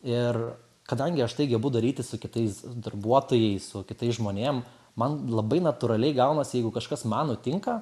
ir kadangi aš tai gebu daryti su kitais darbuotojais su kitais žmonėm man labai natūraliai gaunasi jeigu kažkas man nutinka